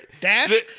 Dash